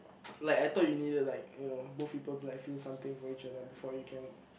like I thought you needed like you know both people to like feel something for each other before you can